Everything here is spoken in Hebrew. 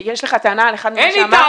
יש לך טענה על אחד ממה שאמרנו?